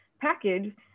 package